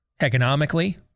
economically